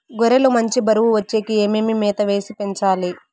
గొర్రె లు మంచి బరువు వచ్చేకి ఏమేమి మేత వేసి పెంచాలి?